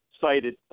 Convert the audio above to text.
cited